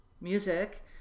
music